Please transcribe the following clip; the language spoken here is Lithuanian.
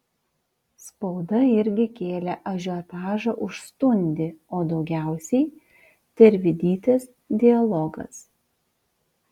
spauda irgi kėlė ažiotažą už stundį o daugiausiai tervidytės dialogas